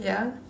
yeah